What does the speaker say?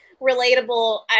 relatable